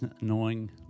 annoying